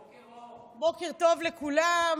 בוקר טוב לכולם.